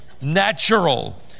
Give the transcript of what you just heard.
natural